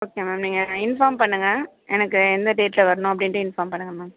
okay ma'am நீங்க inform பண்ணுங்க எனக்கு எந்த டேட்டில் வரணும் அப்படின்ட்டு இன்ஃபார்ம் பண்ணுங்க மேம்